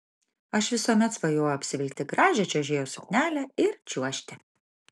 aš visuomet svajojau apsivilkti gražią čiuožėjos suknelę ir čiuožti